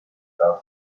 czas